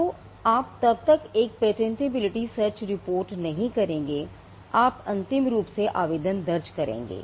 तो आप तब एक पेटेंटबिलिटी सर्च रिपोर्ट नहीं करेंगे आप अंतिम रूप से आवेदन दर्ज करेंगे